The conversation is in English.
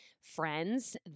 friends